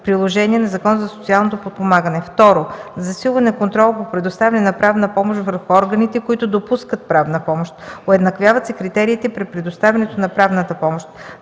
приложение на Закона за социалното подпомагане. Второ, засилване на контрола по предоставяне на правна помощ върху органите, които допускат правна помощ. Уеднаквяват се критериите при предоставянето на правната помощ.